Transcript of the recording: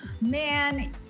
man